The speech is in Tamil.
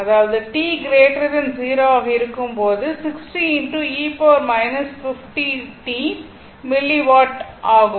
அதாவது t 0 ஆக இருக்கும் போதுமில்லி வாட் ஆகும்